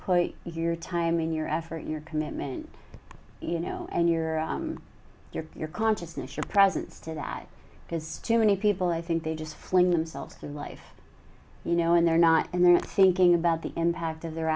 put your time in your effort your commitment you know and your your your consciousness your presence to that because too many people i think they just fling themselves in life you know and they're not and they're speaking about the impact of their